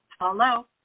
Hello